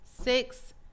six